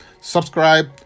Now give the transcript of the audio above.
Subscribe